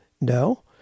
No